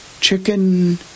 chicken